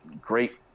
great